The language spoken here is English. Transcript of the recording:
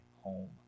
home